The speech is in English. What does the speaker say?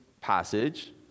passage